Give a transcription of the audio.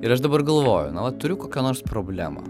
ir aš dabar galvoju na vat turiu kokią nors problemą